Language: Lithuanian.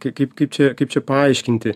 kaip kaip kaip čia kaip čia paaiškinti